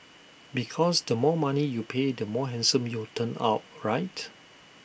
because the more money you pay the more handsome you will turn out right